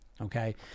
Okay